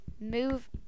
move